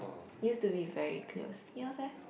used to be very close yours leh